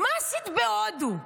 מה עשית בהודו?